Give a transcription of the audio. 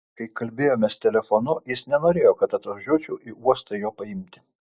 kai kalbėjome telefonu jis nenorėjo kad atvažiuočiau į uostą jo paimti